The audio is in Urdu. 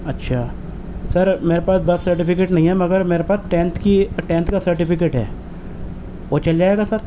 اچھا سر میرے پاس برتھ سرٹیفکیٹ نہیں ہے مگر میرے پاس ٹینتھ کی ٹینتھ کا سرٹیفکیٹ ہے وہ چل جائے گا سر